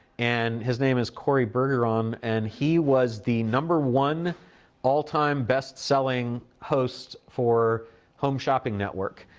and his name is cory bergeron, and he was the number one all-time best-selling host for home shopping network.